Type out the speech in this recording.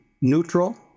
neutral